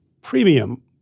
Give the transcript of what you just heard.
premium